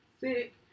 sick